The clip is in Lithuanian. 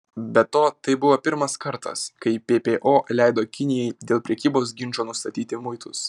be to tai buvo pirmas kartas kai ppo leido kinijai dėl prekybos ginčo nustatyti muitus